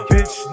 Bitch